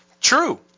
True